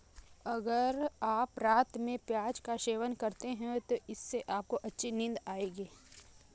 अगर आप रात में प्याज का सेवन करते हैं तो इससे आपको अच्छी नींद आएगी